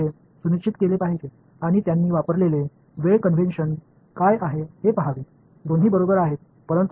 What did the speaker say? எனவே நீங்கள் படிக்கும் எந்த புத்தகத்திலும் ஆரம்பத்தில் அவர்கள் பயன்படுத்திய டைம் கன்வென்ஸன் என்ன என்பதை உறுதிப்படுத்திக் கொள்ள வேண்டும்